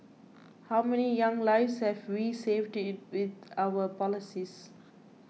how many young lives have we saved it with our policies